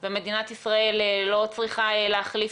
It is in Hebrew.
יכול למצוא